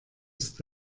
ist